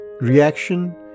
Reaction